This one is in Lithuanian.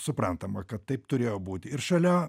suprantama kad taip turėjo būt ir šalia